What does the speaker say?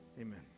amen